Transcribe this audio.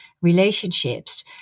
relationships